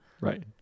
Right